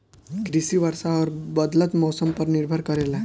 कृषि वर्षा और बदलत मौसम पर निर्भर करेला